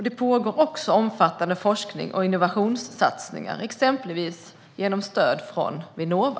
Det pågår också omfattande forsknings och innovationssatsningar, exempelvis genom stöd från Vinnova.